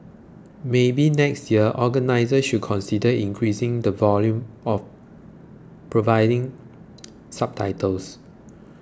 maybe next year organisers should consider increasing the volume or providing subtitles